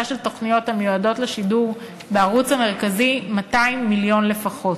של תוכניות המיועדות לשידור בערוץ המרכזי 200 מיליון ש"ח לפחות,